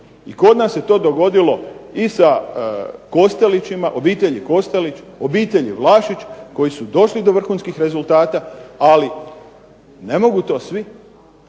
I kod nas se to dogodilo i sa Kostelićima, obitelji Kostelić, obitelji Vlašić koji su došli do vrhunskih rezultata, ali ne mogu to svi,